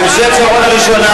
זה בממשלת שרון הראשונה.